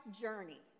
journey